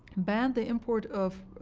banned the import of